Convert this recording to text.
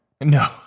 No